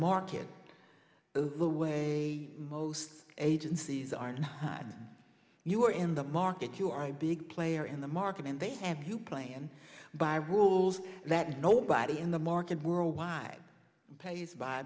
market the way most agencies are now and you were in the market you are a big player in the market and they have to play and by rules that nobody in the market worldwide plays by